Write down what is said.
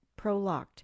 prolocked